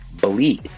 Believe